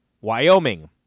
Wyoming